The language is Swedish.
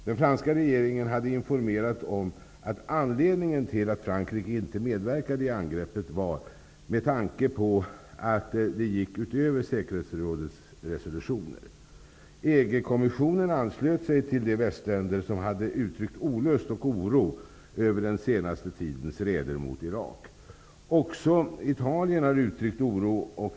Den franska regeringen hade informerat att anledningen till att Frankrike inte medverkade i angreppet var att det gick utöver säkerhetsrådets resolutioner. EG-kommissionen anslöt sig till de västländer som hade uttryckt olust och oro över den senaste tidens räder mot Irak. Också Italien har uttryckt oro.